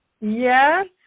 Yes